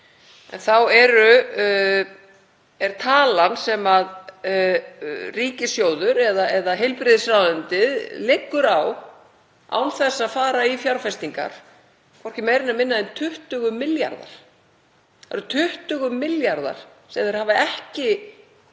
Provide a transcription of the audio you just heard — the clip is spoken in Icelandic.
Þá er talan sem ríkissjóður eða heilbrigðisráðuneytið liggur á án þess að fara í fjárfestingar hvorki meira né minna en 20 milljarðar. Það eru 20 milljarðar sem þeir hafa ekki